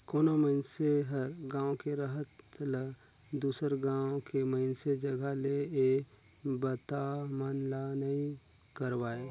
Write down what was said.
कोनो मइनसे हर गांव के रहत ल दुसर गांव के मइनसे जघा ले ये बता मन ला नइ करवाय